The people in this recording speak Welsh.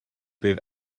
bydd